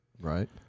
right